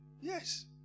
Yes